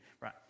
Right